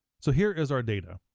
so here is our data.